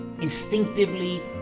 instinctively